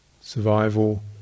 survival